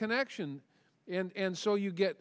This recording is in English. connection and so you get